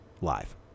live